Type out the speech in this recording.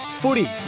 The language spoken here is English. Footy